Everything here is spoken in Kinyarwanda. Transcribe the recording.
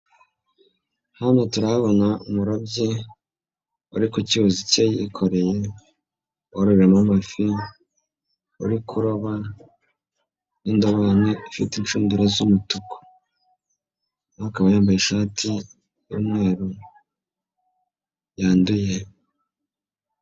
Hano turahabona umurobyi uri ku cyuzi cye yikoreye ,wororeramo amafi uri kuroba n'indobani ifite inshundura z'umutuku. Akaba yambaye ishati y'umweru yanduye.